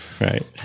Right